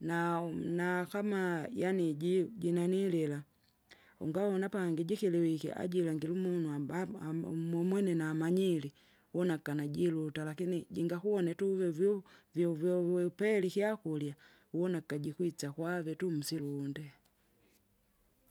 nau- nakama yaani ji- jinanilila, umbavona pangi jikiliwike ajira ngirumurumu amabam- ama- umumwene namanyire, wunakana jiruta lakini jingakuvona ituve vyu- vyovyo uvepeli ikyakurya uwuna akajikwitsa kwave tu msilunde.